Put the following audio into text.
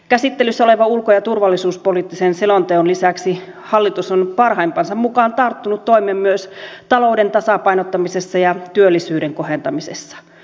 käsittelyssä olevan ulko ja turvallisuuspoliittisen selonteon lisäksi hallitus on parhaimpansa mukaan tarttunut toimeen myös talouden tasapainottamisessa ja työllisyyden kohentamisessa